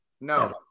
No